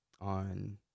on